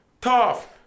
tough